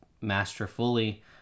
masterfully